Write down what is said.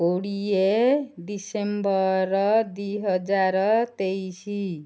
କୋଡ଼ିଏ ଡିସେମ୍ବର ଦୁଇ ହଜାର ତେଇଶ